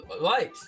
Right